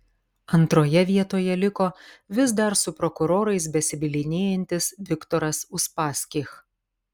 antroje vietoje liko vis dar su prokurorais besibylinėjantis viktoras uspaskich